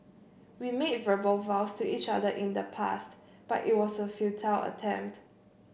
we made verbal vows to each other in the past but it was a futile attempt